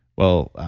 well,